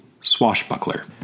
Swashbuckler